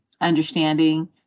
understanding